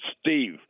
Steve